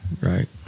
right